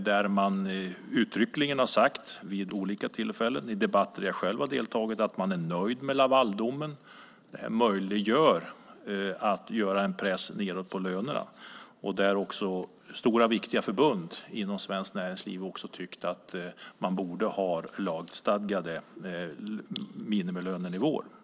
Man har uttryckligen vid olika tillfällen sagt, blad annat i debatter som jag själv har deltagit i, att man är nöjd med Lavaldomen. Den möjliggör en press nedåt på lönerna. Stora och viktiga förbund inom Svenskt Näringsliv har också tyckt att man borde ha lagstadgade minimilönenivåer.